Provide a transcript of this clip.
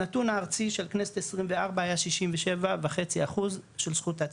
הנתון הארצי של כנסת 24 היה 67.5 אחוז של זכות הצבעה,